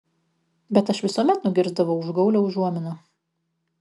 bet aš visuomet nugirsdavau užgaulią užuominą